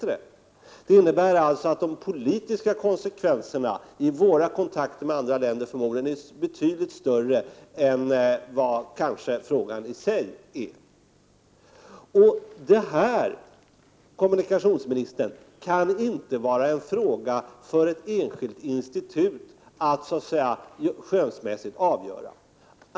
Och det innebär alltså att de politiska konsekvenserna för våra kontakter med andra länder förmodligen blir betydligt större än vad frågans vikti och för sig motiverar. Det här, kommunikationsministern, kan inte vara en fråga för ett enskilt institut att så att säga skönsmässigt avgöra.